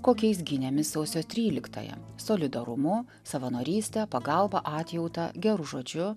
kokiais gynėmės sausio tryliktąją solidarumu savanoryste pagalba atjauta geru žodžiu